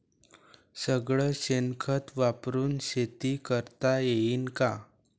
सगळं शेन खत वापरुन शेती करता येईन का?